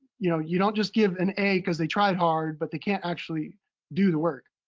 you know, you don't just give an a cause they tried hard, but they can't actually do the work.